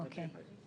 אוקיי.